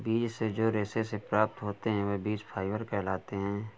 बीज से जो रेशे से प्राप्त होते हैं वह बीज फाइबर कहलाते हैं